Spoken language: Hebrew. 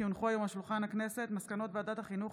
כי הונחו היום על שולחן הכנסת מסקנות ועדת החינוך,